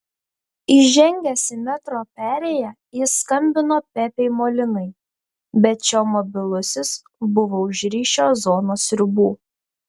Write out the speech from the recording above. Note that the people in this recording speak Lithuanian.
įžengęs į metro perėją jis skambino pepei molinai bet šio mobilusis buvo už ryšio zonos ribų